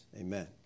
Amen